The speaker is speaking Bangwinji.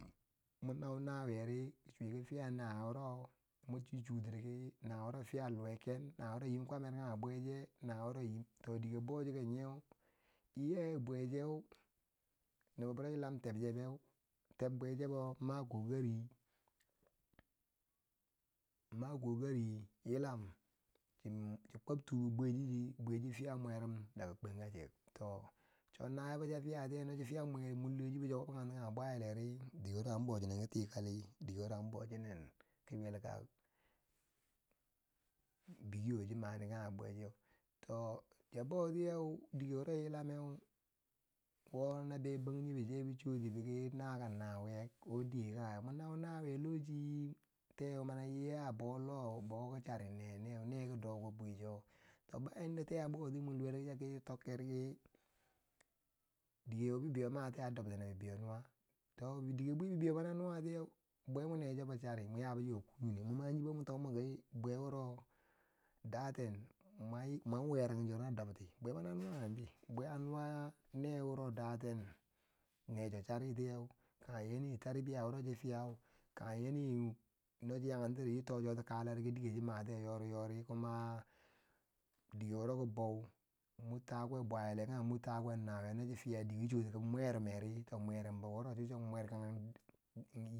Mwo na nawiyeri, chuki mwo fiya na wiye wuro chi sutiri ki nawiye wo fiya luweken nawiye wuro yim kwamer kange bweche, nawiye wuro, to dike bou chiko nyeu, tyaye bwecheu, nobbo wuro yilam tebchebu teb bwechebo ma kokari ma kokari yilam shi kwab tu bibwecheu bibwecheu fiya mwerum daga kwenkachek tocho nawiye bocha fiyatiyeu no chan fiya mwerum chi kange bwayileri dike chwuwo an bo chinneki tikali, dike chwo an bochinenki yelak bikiyo cho mati kange bwecheu, to chiya botiyeu, dike wuro yilam meu wo na be bonjingebo che be chotibiki naka nawiyeu, wo fiye kange, mwo nau nawiye lochi te mani dou chari ne neu neki douki bwicho, to ba yanda Te ba yanda te a bou ti mor luwe ki sa tok kerti ki dike wo bibeiyo matiye a dobti na bibeiyo nuwa, do dike bibeiyo mani a nuwa tiyeu bwe mwo na chobo chari mwa yabo chiko ku nwonge wuro datan mwan weranchori na dobti, bwema ni a nuwa nenti bwe a nuwa newe ro necho charitiyeu, kinge nyiru tarbiya chonuwa sa fia kange no choyaken ti kaleri ki dike cho matiye nyori nyir kuma dike wuro ki bou takuwe bwayile kange nawiyeri no chi fiya dike ki mwerimeri to mwerumbo wuro cho chi mwekange.